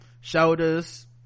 shoulders